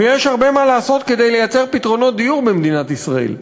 ויש הרבה מה לעשות כדי לייצר פתרונות דיור במדינת ישראל.